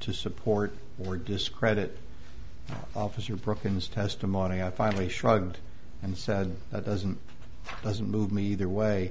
to support or discredit officer perkins testimony i finally shrugged and said that doesn't doesn't move me either way